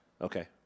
Okay